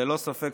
ללא ספק.